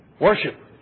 worship